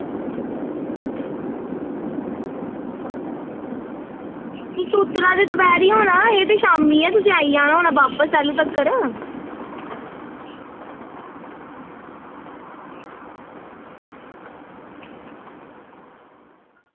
तुस सोचा दे दपैह्रीं होना एह् ते शामीं होना उसलै तगर तुसें आई जाना बापस उन्ने तकर